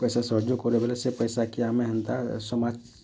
ପଇସା ସହଯୋଗ କରବେ ବୋଲେ ସେ ପଇସାକେ ଆମେ ହେନ୍ତା ସମାଜ୍